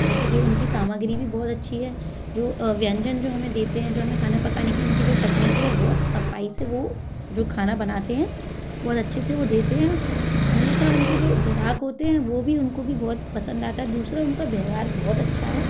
जैसे कि उनकी सामग्री भी बहुत अच्छी है जो व्यंजन जो हमें देते हैं जो हमें खाना पकाने की इनकी जो तकनीक है बहुत सफाई से वो जो खाना बनाते हैं बहुत अच्छे से वो देते हैं अन्यथा उनकी जो ग्राहक होते हैं वो भी उनको भी बहुत पसंद आता है दूसरा उनका व्यवहार बहुत अच्छा है